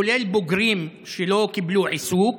כולל בוגרים שלא קיבלו עיסוק